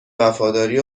وفاداری